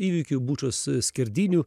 įvykių bučos skerdynių